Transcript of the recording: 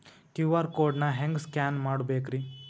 QR code ನಾ ಹೆಂಗ scan ಮಾಡಬೇಕ್ರಿ?